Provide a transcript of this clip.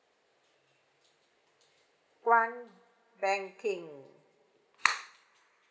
one banking